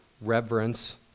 reverence